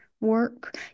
work